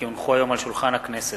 כי הונחו היום על שולחן הכנסת,